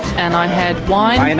and i had wine,